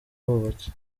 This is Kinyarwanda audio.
hubatse